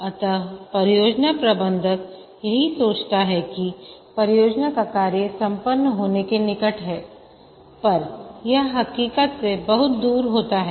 अतः परियोजना प्रबंधक यही सोचता है कि परियोजना का कार्य संपन्न होने के निकट है पर यह हकीकत से बहुत दूर होता है